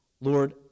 Lord